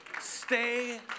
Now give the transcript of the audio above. Stay